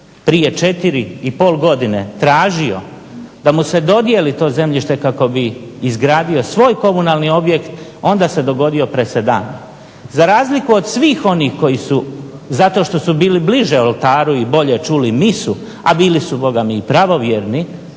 prije 4,5 godine tražio da mu se dodijeli to zemljište kako bi izgradio svoj komunalni objekt, onda se dogodio presedan. Za razliku od svih onih koji su zato što su bili bliže oltaru i bolje čuli misu, a bili su bogami i pravovjerni